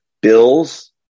bills